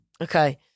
Okay